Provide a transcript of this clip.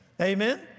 Amen